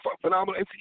phenomenal